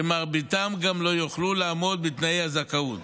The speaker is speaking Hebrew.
שמרביתם גם לא יוכלו לעמוד בתנאי הזכאות.